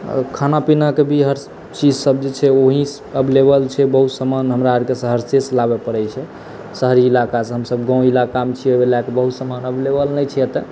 आओर खाना पीनाके भी हर चीजसभ जे छै वहीँ एवेलेबल छै बहुत समान हमरा आओरकेँ सहरसेसँ लाबय पड़ैत छै शहरी इलाका सभसँ हमसभ गाँव इलाकामे छी ओहि लए बहुत समान एवेलेबल नहि छै एतय